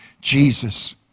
Jesus